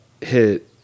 hit